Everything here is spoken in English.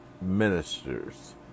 ministers